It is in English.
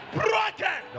broken